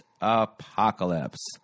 apocalypse